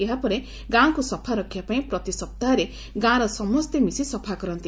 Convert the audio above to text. ଏହାପରେ ଗାଁ କୁ ସଫା ରଖିବା ପାଇଁ ପ୍ରତି ସପ୍ତାହରେ ଗାଁର ସମସେ ମିଶି ସଫା କରନ୍ତି